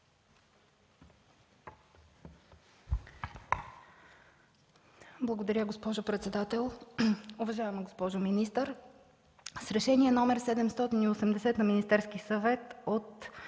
Благодаря, госпожо председател. Уважаема госпожо министър, с Решение № 780 на Министерския съвет от